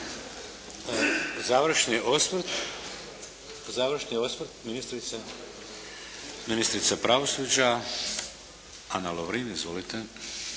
Završni osvrt ministrica pravosuđa, Ana Lovrin. **Lovrin,